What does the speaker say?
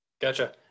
Gotcha